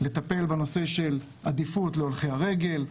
לטפל בנושא של עדיפות להולכי רגל,